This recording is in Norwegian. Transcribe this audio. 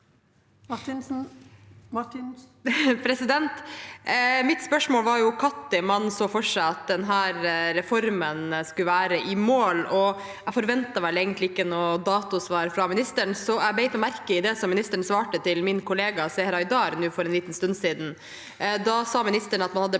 Mitt spørsmål var når man så for seg at denne reformen skulle være i mål. Jeg forventet egentlig ikke noe datosvar fra ministeren, så jeg bet meg merke i det som ministeren svarte til min kollega Seher Aydar for en liten stund siden. Ministeren sa at man hadde